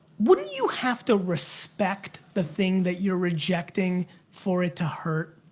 wouldn't you have to respect the thing that you're rejecting for it to hurt?